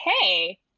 hey